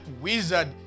wizard